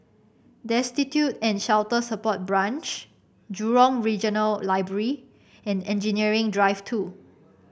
Destitute and Shelter Support Branch Jurong Regional Library and Engineering Drive Two